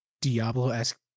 Diablo-esque